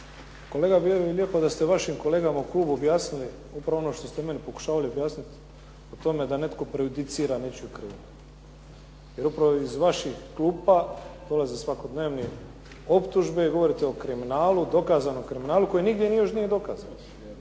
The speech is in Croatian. Kolega bilo bi lijepo da ste vašim kolegama u klubu objasnili upravo ono što ste meni pokušavali objasniti o tome da netko prejudicira nečiju krivnju, jer upravo iz vaših klupa dolaze svakodnevne optužbe i govorite o kriminalu, dokazanom kriminalu, koji nigdje nije još dokazan.